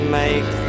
make